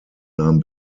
nahm